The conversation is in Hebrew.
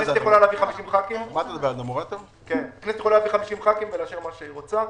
הכנסת יכולה להביא 50 ח"כים ולאשר מה שהיא רוצה.